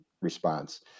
response